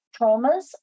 traumas